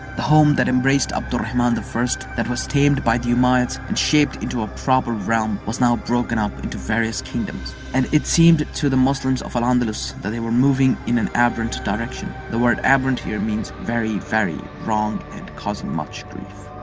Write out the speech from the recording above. the home that embraced abd ah um and al-rahman i, that was tamed by the umayyads and shaped into a proper realm, was now broken up into various kingdoms and it seemed to the muslims of al-andalus that they were moving in an aberrant direction the word aberrant here means very, very wrong, and causing much grief.